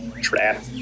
Trap